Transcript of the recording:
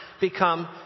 become